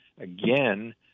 again